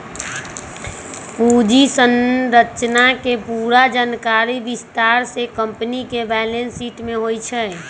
पूंजी संरचना के पूरा जानकारी विस्तार से कम्पनी के बैलेंस शीट में होई छई